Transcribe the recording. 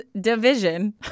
division